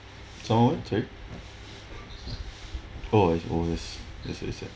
sor~ cher~ oh yes oh I see I see